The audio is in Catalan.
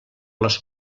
les